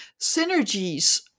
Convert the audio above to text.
synergies